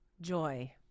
Joy